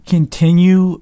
Continue